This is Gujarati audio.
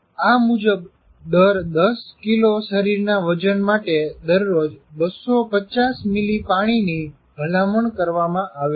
આ મુજબ દર 10 કીલો શરીરના વજન માટે દરરોજ 250 મીલી પાણીની ભલામણ કરવામાં આવે છે